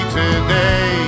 today